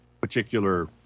particular